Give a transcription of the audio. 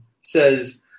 says